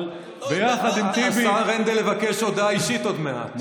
אבל ביחד עם טיבי --- השר הנדל יבקש הודעה אישית עוד מעט.